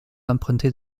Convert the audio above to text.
empruntée